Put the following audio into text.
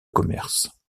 commerce